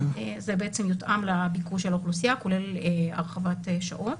זה יותאם לביקוש של האוכלוסייה, כולל הרחבת שעות.